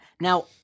Now